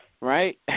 right